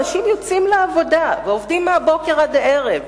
אנשים יוצאים לעמל יומם ועובדים מבוקר עד ערב,